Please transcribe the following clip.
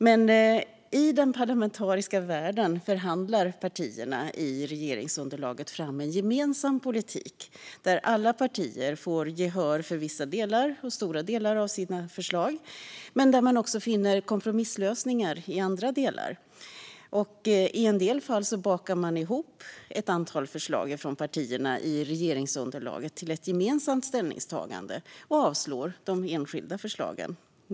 Men i den parlamentariska världen förhandlar partierna i regeringsunderlaget fram en gemensam politik, där alla partier får gehör för stora delar av sina förslag men man finner kompromisslösningar i andra delar. I en del fall bakar man ihop ett antal förslag från partierna i regeringsunderlaget till ett gemensamt ställningstagande och avslår de enskilda förslagen.